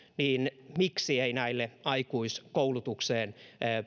niin miksi ei näille aikuiskoulutukseen